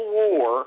war